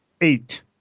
Eight